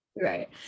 Right